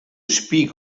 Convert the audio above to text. speak